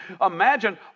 imagine